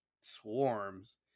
Swarms